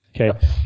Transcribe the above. Okay